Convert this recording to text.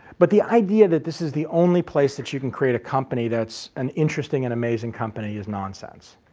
but the idea that this is the only place that you can create a company that's an interesting and amazing company is nonsense.